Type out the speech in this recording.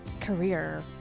career